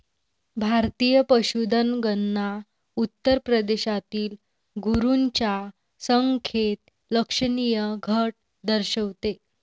भारतीय पशुधन गणना उत्तर प्रदेशातील गुरांच्या संख्येत लक्षणीय घट दर्शवते